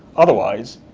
otherwise,